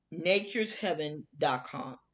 naturesheaven.com